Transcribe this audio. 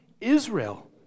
Israel